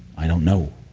i don't know.